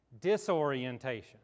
Disorientation